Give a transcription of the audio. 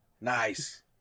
Nice